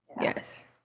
yes